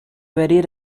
very